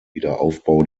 wiederaufbau